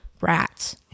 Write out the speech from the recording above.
rats